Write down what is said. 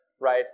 right